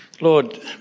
Lord